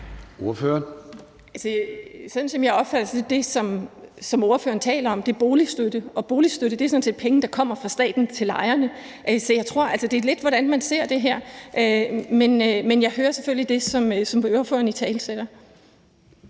Sådan som jeg opfatter det, som spørgeren taler om, altså den boligstøtte, så er boligstøtte sådan set penge, der kommer fra staten til lejerne. Jeg tror altså, det kommer lidt an på, hvordan man ser det her, men jeg hører selvfølgelig det, som spørgeren italesætter.